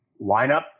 lineup